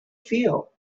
feel